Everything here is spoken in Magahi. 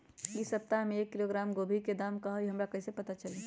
इ सप्ताह में एक किलोग्राम गोभी के दाम का हई हमरा कईसे पता चली?